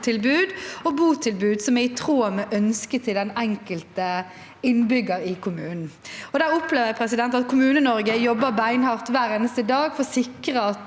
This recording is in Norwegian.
og botilbud som er i tråd med ønsket til den enkelte innbyggeren i kommunen. Jeg opplever at Kommune-Norge jobber beinhardt hver eneste dag for å sikre at